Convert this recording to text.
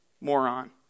moron